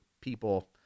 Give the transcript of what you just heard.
people